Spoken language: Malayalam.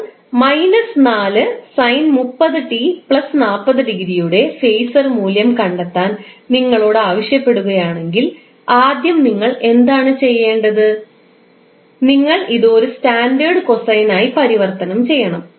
ഇപ്പോൾ യുടെ ഫേസർ മൂല്യം കണ്ടെത്താൻ നിങ്ങളോട് ആവശ്യപ്പെടുകയാണെങ്കിൽ ആദ്യം നിങ്ങൾ എന്താണ് ചെയ്യേണ്ടത് നിങ്ങൾ ഇത് ഒരു സ്റ്റാൻഡേർഡ് കൊസൈനായി പരിവർത്തനം ചെയ്യണം